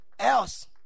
else